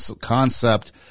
concept